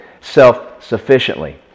self-sufficiently